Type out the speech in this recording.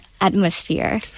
atmosphere